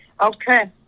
Okay